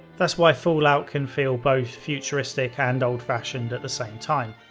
that's why fallout can feel both futuristic and old-fashioned at the same time.